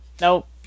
Nope